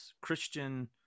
Christian